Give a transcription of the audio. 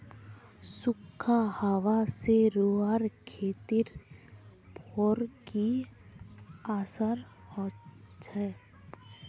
सुखखा हाबा से रूआँर खेतीर पोर की असर होचए?